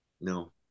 no